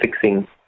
fixing